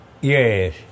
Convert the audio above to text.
Yes